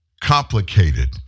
complicated